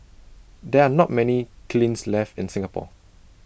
there are not many kilns left in Singapore